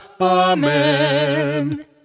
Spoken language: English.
Amen